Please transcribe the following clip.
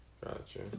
Gotcha